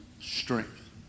Strength